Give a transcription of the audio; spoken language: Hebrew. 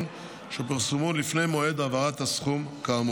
שפורסמו לפני מועד העברת הסכום כאמור.